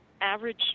average